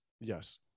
Yes